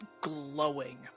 glowing